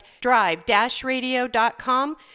drive-radio.com